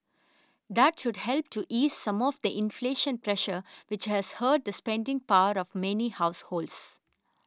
that should help to ease some of the inflation pressure which has hurt the spending power of many households